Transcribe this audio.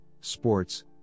sports